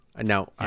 Now